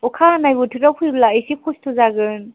अखा हानाय बोथोराव फैब्ला एसे खस्थ' जागोन